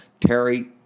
terry